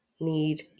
need